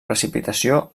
precipitació